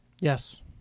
yes